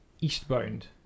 eastbound